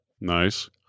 Nice